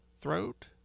throat